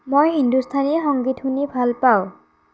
মই হিন্দুস্তানী সংগীত শুনি ভাল পাওঁ